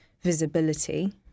visibility